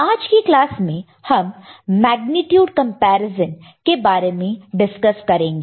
आज की क्लास में हम मेग्नीट्यूडकॅम्पैरिसॅन के बारे में डिस्कस करेंगे